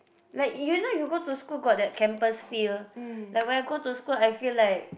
like you know you go to school got that campus feel like when I go to school I feel like